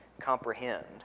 comprehend